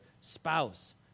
spouse